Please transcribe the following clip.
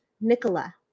Nicola